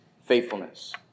faithfulness